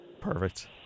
Perfect